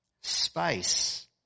space